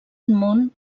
món